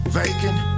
vacant